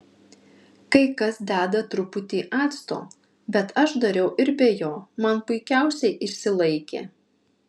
kai kas deda truputį acto bet aš dariau ir be jo man puikiausiai išsilaikė